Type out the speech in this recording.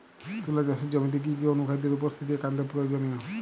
তুলা চাষের জমিতে কি কি অনুখাদ্যের উপস্থিতি একান্ত প্রয়োজনীয়?